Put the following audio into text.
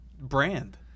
brand